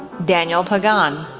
daniel pagan,